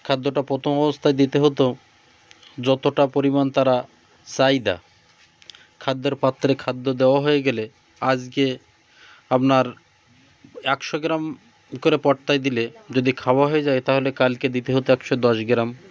খাদ্যটা প্রথম অবস্থায় দিতে হতো যতটা পরিমাণ তারা চাহিদা খাদ্যের পাত্রে খাদ্য দেওয়া হয়ে গেলে আজকে আপনার একশো গ্রাম করে পড়তায় দিলে যদি খাওয়া হয়ে যায় তাহলে কালকে দিতে হতো একশো দশ গ্রাম